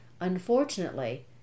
unfortunately